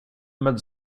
med